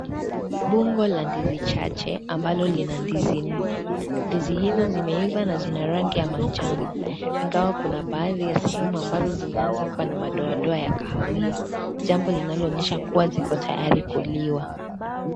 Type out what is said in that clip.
Bonge la ndizi chache ambalo lina ndizi nne, ndizi hizo zimeiva na zina rangi ya manjano ingawa kuna baadhi ya sehemu ambazo zimeanza kuwa na madoadoa ya kahawia jambo linalo onyesha kuwa ziko tayari kuliwa.